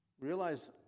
Realize